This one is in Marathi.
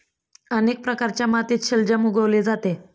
अनेक प्रकारच्या मातीत शलजम उगवले जाते